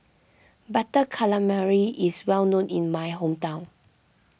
Butter Calamari is well known in my hometown